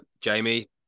Jamie